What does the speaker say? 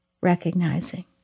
recognizing